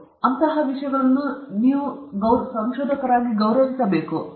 ಆದ್ದರಿಂದ ಈ ವಿಷಯಗಳನ್ನು ಗೌರವಿಸಬೇಕು